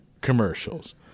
commercials